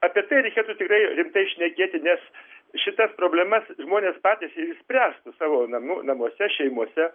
apie tai reikėtų tikrai rimtai šnekėti nes šitas problemas žmonės patys spręstų savo namų namuose šeimose